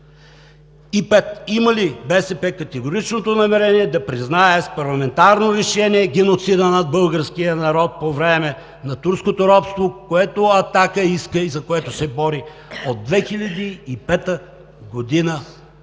Пет, има ли БСП категоричното намерение да признае с парламентарно решение геноцида над българския народ по време на турското робство, което „Атака“ иска и за което се бори от 2005 г. насам?